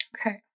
Okay